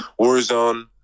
Warzone